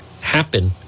happen